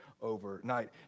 overnight